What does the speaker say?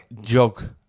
jog